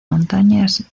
montañas